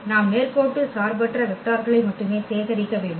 நாம் நேர்கோட்டு சார்பற்ற வெக்டார்களை மட்டுமே சேகரிக்க வேண்டும்